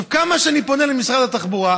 כמה שאני פונה למשרד התחבורה,